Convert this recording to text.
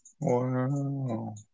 Wow